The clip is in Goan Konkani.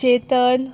चेतन